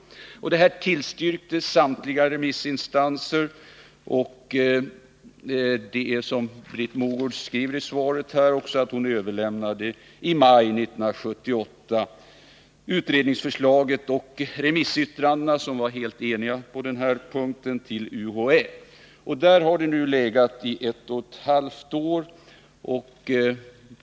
Detta förslag tillstyrkte samtliga remissinstanser. Som Britt Mogård säger i svaret överlämnade hon utredningsförslaget och remissyttrandena, som var helt eniga på denna punkt, till UHÄ. Där har förslaget nu legat i ett och ett halvt år.